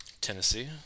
Tennessee